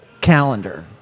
Calendar